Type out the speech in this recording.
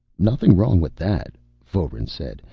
nothing wrong with that, foeren said.